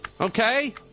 okay